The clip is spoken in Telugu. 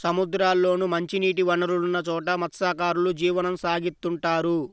సముద్రాల్లోనూ, మంచినీటి వనరులున్న చోట మత్స్యకారులు జీవనం సాగిత్తుంటారు